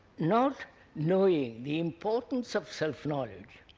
not knowing the importance of self-knowledge,